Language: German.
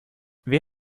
wer